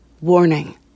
Warning